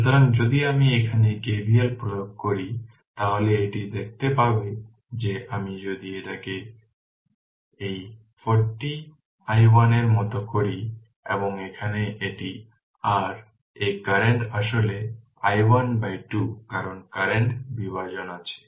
সুতরাং যদি আমি এখানে KVL প্রয়োগ করি তাহলে এটি দেখতে পাবে যে আমি যদি এটিকে এই 40 i1 এর মত করি এবং এখানে এটি r এই কারেন্ট আসলে i1 বাই 2 কারণ কারেন্ট বিভাজন আছে